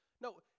No